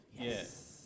Yes